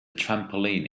trampoline